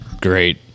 Great